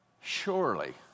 Surely